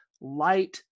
Light